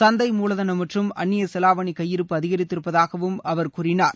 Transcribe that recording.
சந்தை மூலதனம் மற்றும் அந்நிய செலாவணி கையிருப்பு அதிகரித்திருப்பதாக அவர் கூறினார்